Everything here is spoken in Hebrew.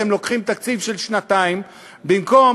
אתם לוקחים תקציב של שנתיים במקום,